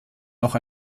noch